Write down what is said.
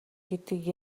гэдгийг